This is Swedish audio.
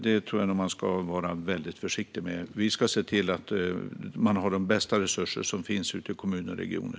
Det tror jag nog att man ska vara väldigt försiktig med. Vi ska se till att man har de bästa resurser som finns ute i kommuner och regioner.